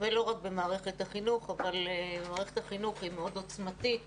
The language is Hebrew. ולא רק במערכת החינוך אבל מערכת החינוך הוא מאוד עוצמתית